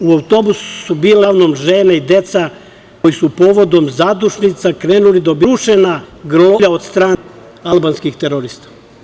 U autobusu su bile uglavnom žene i deca koji su povodom zadušnica krenuli da obiđu već razrušena groblja od strane albanskih terorista.